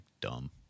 dumb